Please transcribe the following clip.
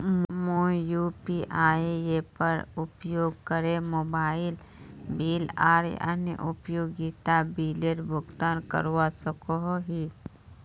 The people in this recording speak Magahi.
मुई यू.पी.आई एपेर उपयोग करे मोबाइल बिल आर अन्य उपयोगिता बिलेर भुगतान करवा सको ही